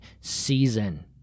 season